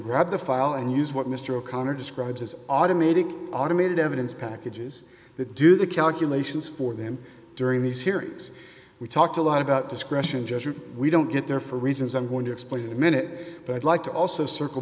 grab the file and use what mr o'connor describes as automated automated evidence packages that do the calculations for them during these hearings we talked a lot about discretion gesture we don't get there for reasons i'm going to explain a minute but i'd like to also circle